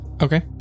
Okay